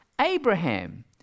Abraham